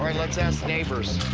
and let's ask neighbors.